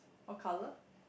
what colour